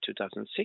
2006